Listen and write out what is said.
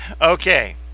okay